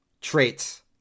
traits